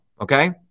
Okay